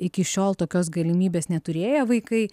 iki šiol tokios galimybės neturėję vaikai